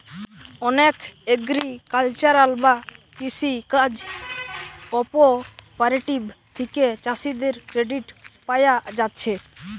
অনেক এগ্রিকালচারাল বা কৃষি কাজ কঅপারেটিভ থিকে চাষীদের ক্রেডিট পায়া যাচ্ছে